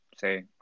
say